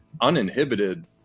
uninhibited